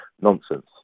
nonsense